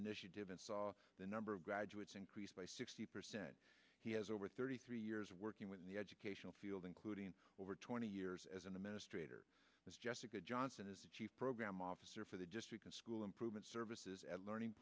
initiative and saw the number of graduates increased by sixty percent he has over thirty three years working within the educational field including over twenty years as a mass trader jessica johnson is the chief program officer for the district school improvement services at learning